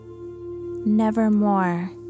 Nevermore